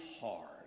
hard